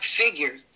figure